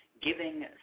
giving